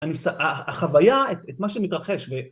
‫החוויה, את... את מה שמתרחש.